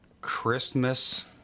Christmas